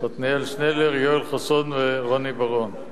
עתניאל שנלר, יואל חסון ורוני בר-און,